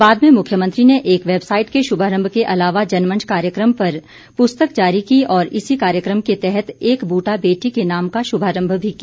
बाद में मुख्यमंत्री ने एक वैबसाइट के शुभारम्भ के अलावा जनमंच कार्यक्रम पर पुस्तक जारी की और इसी कार्यक्रम के तहत एक बूटा बेटी के नाम का शुभारम्भ भी किया